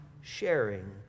sharing